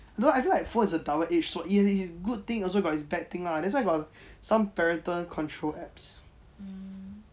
no I feel like phone is a power age so it's a good thing also got it's bad thing lah that's why got some parental control app